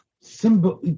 symbol